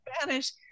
Spanish